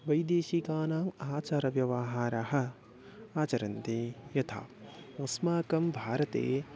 वैदेशिकानाम् आचारव्यवहारः आचरन्ति यथा अस्माकं भारते